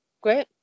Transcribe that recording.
great